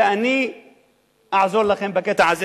ואני אעזור לכם בקטע הזה.